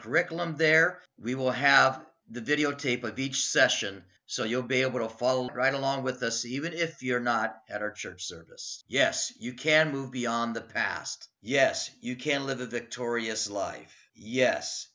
curriculum there we will have the videotape of each session so you'll be able to follow right along with us even if you're not at our church service yes you can move beyond the past yes you can live a victorious life yes